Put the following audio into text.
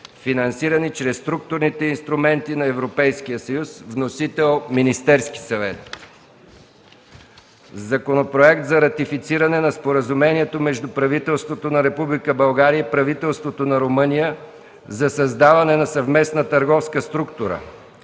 финансирани чрез структурните инструменти на Европейския съюз, внесен от Министерския съвет. - Законопроект за ратифициране на Споразумението между правителството на Република България и правителството на Румъния за създаване на съвместна търговска структура